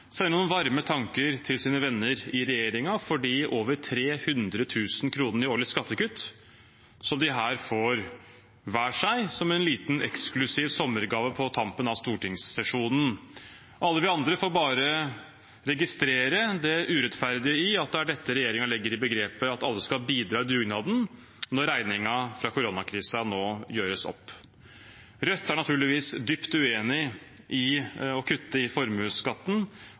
noen varme tanker til sine venner i regjeringen for de over 300 000 kr i årlig skattekutt som de her får hver, som en liten og eksklusiv sommergave på tampen av stortingssesjonen. Alle vi andre får bare registrere det urettferdige i at det er dette regjeringen legger i utsagnet om at alle skal bidra i dugnaden, når regningen fra koronakrisen nå gjøres opp. Rødt er naturligvis dypt uenig i at man skal kutte i formuesskatten.